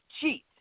cheat